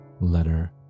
letter